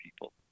people